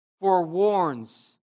forewarns